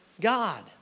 God